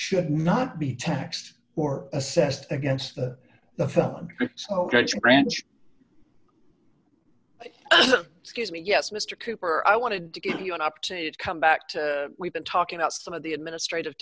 should not be taxed or assessed against the fund branch excuse me yes mr cooper i wanted to give you an opportunity to come back to we've been talking about some of the administrative